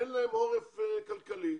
אין להם עורף כלכלי,